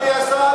אדוני השר?